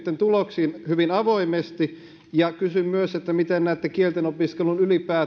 tuloksiin hyvin avoimesti kysyn myös miten näette kielten opiskelun